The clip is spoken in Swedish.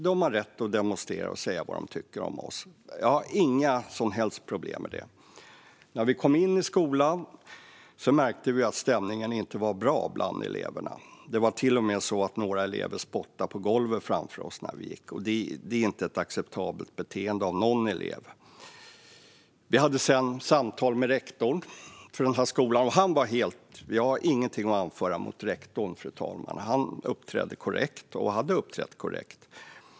De har rätt att demonstrera och säga vad de tycker om oss. Jag har inga som helst problem med det. När vi kom in i skolan märkte vi att stämningen inte var bra bland eleverna. Det var till och med så att några elever spottade på golvet framför oss när vi gick, och det är inte ett acceptabelt beteende av någon elev. Vi hade sedan ett samtal med rektorn för denna skola, och han var helt okej. Jag har ingenting att anföra mot rektorn, fru talman. Han uppträdde korrekt och hade uppträtt korrekt.